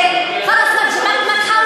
אתה בַּשּׁוּק?